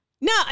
No